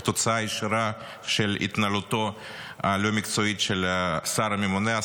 שזו תוצאה ישירה של התנהלותו הלא-מקצועית של השר הממונה,